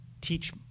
teach